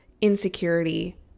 insecurity